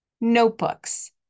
notebooks